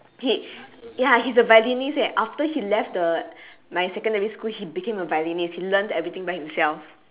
he ya he is a violinist eh after he left the my secondary school he became a violinist he learnt everything by himself